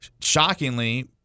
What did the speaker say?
shockingly